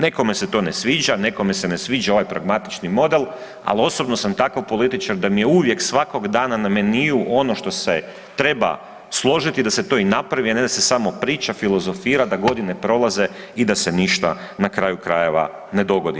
Nekome se to ne sviđa, nekome se ne sviđa ovaj pragmatični model, ali osobno sam takav političar da mi je uvijek svakog dana na meniju ono što se treba složiti da se to i napravi, a ne da se samo priča, filozofira, da godine prolaze i da se ništa na kraju krajeva ne dogodi.